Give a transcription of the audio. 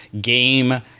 game